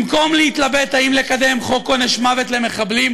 במקום להתלבט אם לקדם חוק עונש מוות למחבלים,